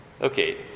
Okay